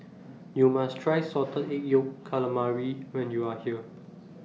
YOU must Try Salted Egg Yolk Calamari when YOU Are here